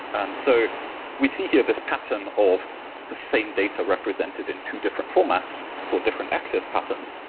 and so we see here this pattern of the same data represented in two different formats for different access patterns,